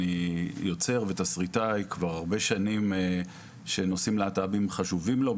אני יוצר ותסריטאי כבר הרבה שנים שנושאים להט"ביים חשובים לו.